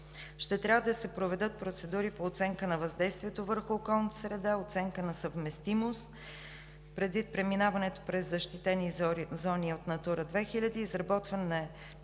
ще трябва да се проведат процедури по оценка на въздействието върху околната среда, оценка на съвместимост – предвид преминаването през защитени зони от „Натура 2000“, изработване на